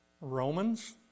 Romans